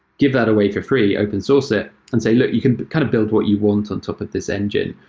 give that away for free, open source it and say, look, you can kind of build what you want on top of this engine.